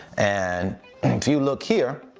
and if you look here,